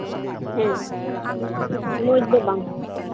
ᱦᱮᱸ ᱢᱚᱡᱽ ᱫᱚ ᱵᱟᱝ